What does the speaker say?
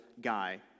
guy